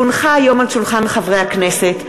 כי הונחה היום על שולחן חברי הכנסת,